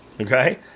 Okay